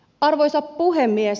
arvoisa puhemies